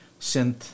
synth